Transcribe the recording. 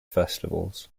festivals